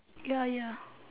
ya ya